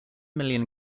million